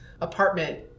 apartment